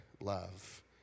love